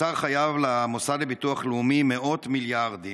האוצר חייב למוסד לביטוח לאומי מאות מיליארדים.